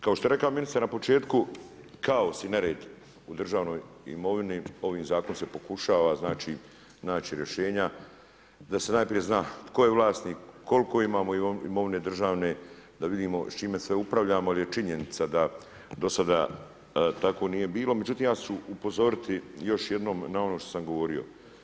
Kao što je rekao ministar na početku, kaos i nered u državnoj imovini ovim zakonom se pokušava naći rješenja da se najprije zna tko je vlasnik, koliko imovine državne, da vidimo s čime sve upravljamo jer je činjenica da dosada tako nije bilo, međutim ja ću upozoriti još jednom na ono što sam govorio.